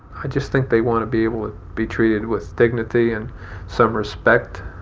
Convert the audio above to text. i just think they want to be able to be treated with dignity and some respect.